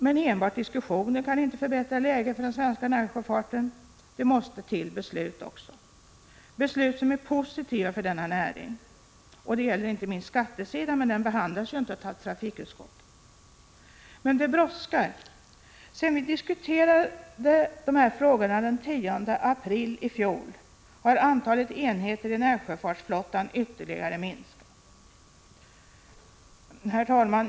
Men enbart diskussioner kan inte förbättra läget för den svenska närsjöfarten. Det måste till beslut också, beslut som är positiva för denna näring. Det gäller inte minst skattesidan, men den behandlas ju inte av trafikutskottet. Men det brådskar. Sedan vi diskuterade de här frågorna den 10 april i fjol har antalet enheter i närsjöfartsflottan ytterligare minskat. Herr talman!